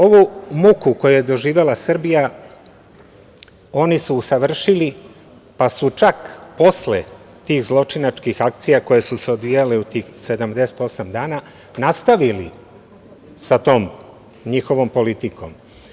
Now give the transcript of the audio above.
Ovu muku koju je doživela Srbija oni su usavršili, pa su čak posle tih zločinačkih akcija koje su se odvijale u tih 78 dana nastavili sa tom njihovom politikom.